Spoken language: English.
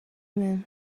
men